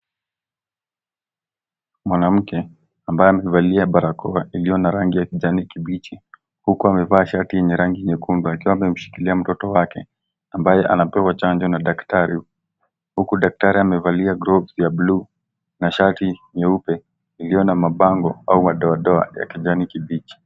Mwanamke ambaye amevalia barakoa hiliyo na rangi ya kijani kibichi. Huku amevaa shati yenye rangi nyekundu akiwa ameshikilia mtoto wake. Ambaye anapewa chanjo na daktari. Huku daktari amevalia grovu ya bluu na sharti nyeupe hiliyo na mabango au wadodoa ya kijani kibichi.